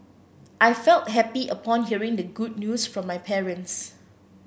I felt happy upon hearing the good news from my parents